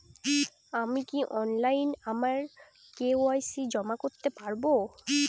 আমি কি অনলাইন আমার কে.ওয়াই.সি জমা করতে পারব?